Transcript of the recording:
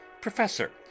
PROFESSOR